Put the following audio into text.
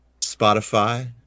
Spotify